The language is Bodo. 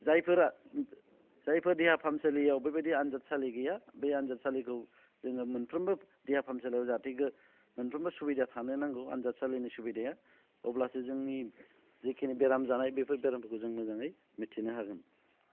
जायफोरा जायफोर देहा फाहामसालियाव बेबायदि आनजादसालि गैया बे आनजादसालिखौ जोङो मोनफ्रोमबो देहा फाहामसालियाव जाहाथे मोनफ्रोमबो सुबिदा थानो नांगौ आनजादसालिनि सुबिदाया अब्लासो जोंनि जिखिनि बेराम जानाय बेफोर बेरामफोरखौ जों मोजाङै मिथिनो हागोन